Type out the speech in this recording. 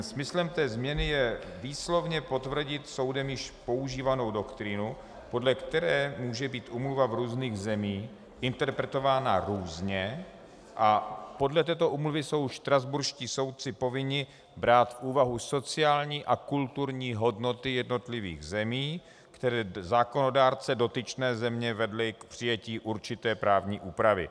Smyslem té změny je výslovně potvrdit soudem již používanou doktrínu, podle které může být úmluva v různých zemích interpretována různě, a podle této úmluvy jsou štrasburští soudci povinni brát v úvahu sociální a kulturní hodnoty jednotlivých zemí, které zákonodárce dotyčné země vedly k přijetí určité právní úpravy.